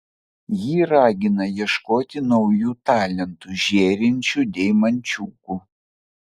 ji ragina ieškoti naujų talentų žėrinčių deimančiukų